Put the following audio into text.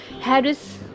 harris